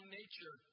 nature